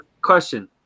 Question